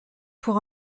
pour